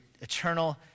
eternal